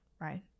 right